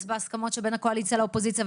בהסכמות שבין הקואליציה לאופוזיציה,